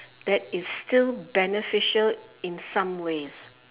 that is still beneficial in some ways